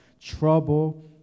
trouble